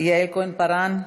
יעל כהן-פארן,